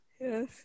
Yes